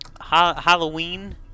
Halloween